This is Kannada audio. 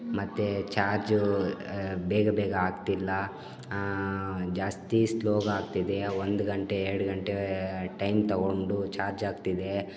ಮತ್ತು ಚಾರ್ಜೂ ಬೇಗ ಬೇಗ ಆಗ್ತಿಲ್ಲ ಜಾಸ್ತಿ ಸ್ಲೋಗೆ ಆಗ್ತಿದೆ ಒಂದು ಗಂಟೆ ಎರಡು ಗಂಟೆ ಟೈಮ್ ತಗೊಂಡು ಚಾರ್ಜ್ ಆಗ್ತಿದೆ